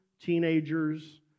teenagers